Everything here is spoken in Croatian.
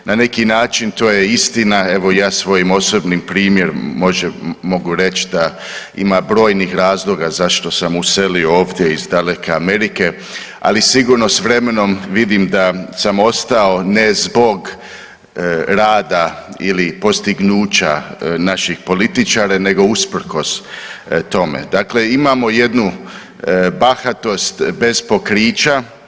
Na neki način to je istina, evo i ja svojim osobnim primjerom mogu reć da ima brojnih razloga zašto sam uselio ovdje iz daleke Amerike, ali sigurno s vremenom vidim da sam ostao ne zbog rada ili postignuća naših političara nego usprkos tome, dakle imamo jednu bahatost bez pokrića.